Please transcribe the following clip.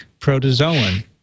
protozoan